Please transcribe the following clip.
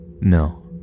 No